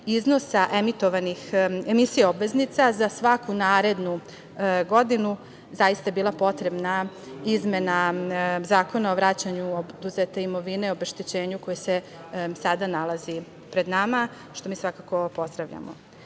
emisija obveznica za svaku narednu godinu zaista je bila potrebna izmena Zakona o vraćanju oduzete imovine, obeštećenju koje se sada nalazi pred nama, što mi svakako pozdravljamo. Naime,